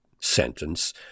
sentence